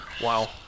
Wow